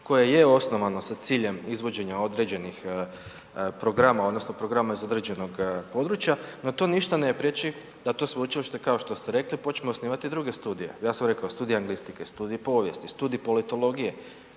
koje je osnovano sa ciljem izvođenja određenih programa odnosno programa iz određenog područja no to ništa ne priječi da to sveučilište kao što ste rekli, počinje osnivati i druge studije. Ja sam rekao studij anglistike, studij povijesti, studij politologije,